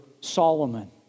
Solomon